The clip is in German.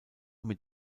mit